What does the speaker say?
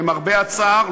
למרבה הצער,